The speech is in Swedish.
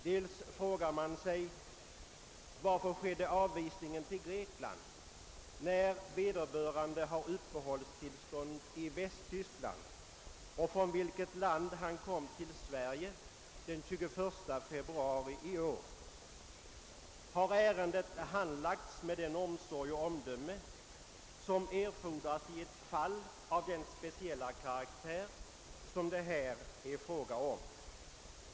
Man frågar sig varför vederbörande avvisades till Grekland, när han hade uppehållstillstånd i Västtyskland, från vilket land han kom till Sverige den 21 februari i år. Har ärendet handlagts med den omsorg och det omdöme som erfordras i ett fall av den speciella karaktär som det här är fråga om?